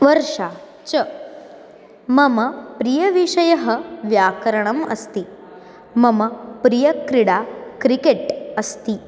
वर्षा च मम प्रियविषयः व्याकरणम् अस्ति मम प्रियक्रीडा क्रिकेट् अस्ति